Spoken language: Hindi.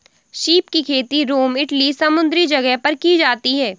सीप की खेती रोम इटली समुंद्री जगह पर की जाती है